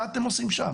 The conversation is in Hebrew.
מה אתם עושים שם?